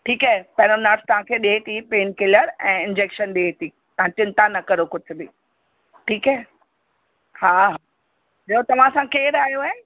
ठीकु आहे पहिरियों नर्स तव्हांखे ॾिए थी पेनकिलर ऐं इंजैक्शन ॾिए थी तव्हां चिंता न करो कुझु बि ठीकु आहे हा ॿियो तव्हां सां केरु आयो आहे